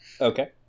Okay